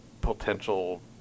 potential